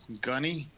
gunny